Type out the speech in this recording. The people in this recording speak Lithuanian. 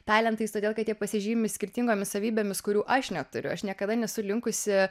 talentais todėl kad jie pasižymi skirtingomis savybėmis kurių aš neturiu aš niekada nesu linkusi